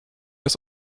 des